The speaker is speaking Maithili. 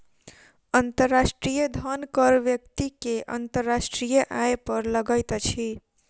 अंतर्राष्ट्रीय धन कर व्यक्ति के अंतर्राष्ट्रीय आय पर लगैत अछि